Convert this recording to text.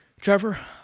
Trevor